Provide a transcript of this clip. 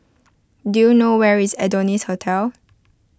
do you know where is Adonis Hotel